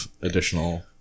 additional